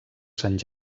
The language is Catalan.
sant